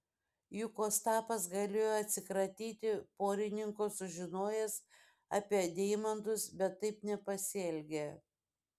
juk ostapas galėjo atsikratyti porininko sužinojęs apie deimantus bet taip nepasielgė